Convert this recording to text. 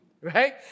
right